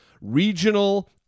regional